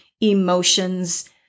emotions